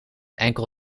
enkel